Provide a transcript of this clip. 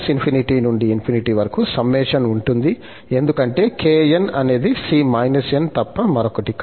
−∞ నుండి ∞ వరకు సమ్మషన్ ఉంటుంది ఎందుకంటే kn అనేది c n తప్ప మరొకటి కాదు